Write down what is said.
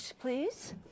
please